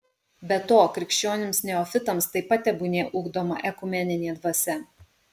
be to krikščionims neofitams taip pat tebūnie ugdoma ekumeninė dvasia